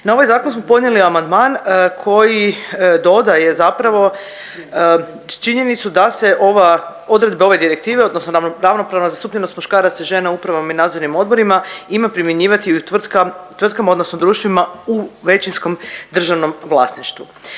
Na ovaj zakon smo podnijeli amandman koji dodaje zapravo činjenicu da se ova, odredbe ove direktive odnosno ravnopravna zastupljenost muškaraca i žena u upravnom i nadzornim odborima ima primjenjivati i u tvrtkama odnosno društvima u većinskom državnom vlasništvu.